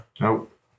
Nope